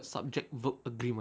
subject verb agreement